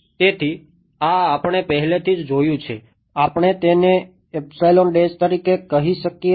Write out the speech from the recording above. તેથી આ આપણે પહેલાથી જ જોયું છે આપણે તેને તરીકે કહી શકીએ છીએ